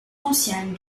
anciennes